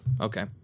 okay